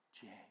James